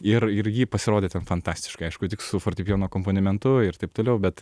ir ir ji pasirodė ten fantastiškai aišku tik su fortepijono akompanimentu ir taip toliau bet